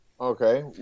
Okay